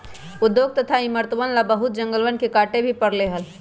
उद्योग तथा इमरतवन ला बहुत जंगलवन के काटे भी पड़ले हल